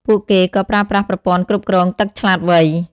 ពួកគេក៏ប្រើប្រាស់ប្រព័ន្ធគ្រប់គ្រងទឹកឆ្លាតវៃ។